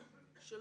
(3)